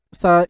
sa